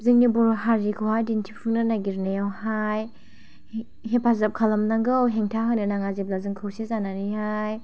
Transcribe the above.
जोंनि बर' हारिखौहाय दिन्थिफुंनो नागिरनाइयावहाय हे हेफाजाब खालामनांगौ हेंथा होनो नाङा जेब्ला जों खौसे जानानैहाय